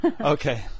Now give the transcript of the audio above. Okay